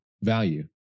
value